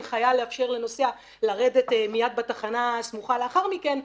הנחייה לאפשר לנוסע לרדת מיד בתחנה הסמוכה לאחר מכן,